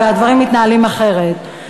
והדברים מתנהלים אחרת.